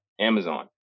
Amazon